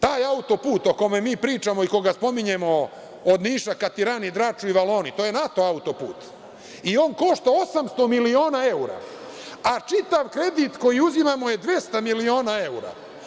Taj autoput o kome mi pričamo i koga spominjemo od Niša ka Tirani, Draču i Valoni, to je NATO autoput i on košta 800 miliona evra, a čitav kredit koji uzimamo je 200 miliona evra.